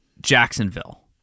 Jacksonville